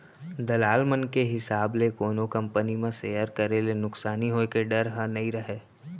दलाल मन के हिसाब ले कोनो कंपनी म सेयर करे ले नुकसानी होय के डर ह नइ रहय